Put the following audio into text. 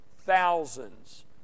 thousands